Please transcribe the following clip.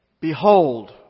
Behold